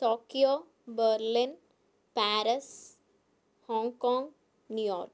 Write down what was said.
Tokyo Berlin Paris Hong Kong New York